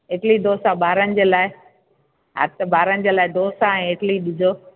इडली ढोसा ॿारनि जे लाइ हा त ॿारनि जे लाइ ढोसा ऐं इडली ॾिजो